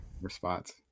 response